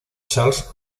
charles